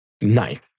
nice